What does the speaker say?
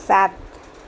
સાત